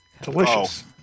Delicious